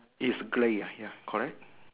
is grey ah ya correct